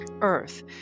earth